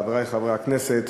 חברי חברי הכנסת,